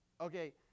okay